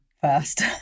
first